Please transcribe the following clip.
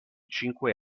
cinque